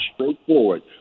straightforward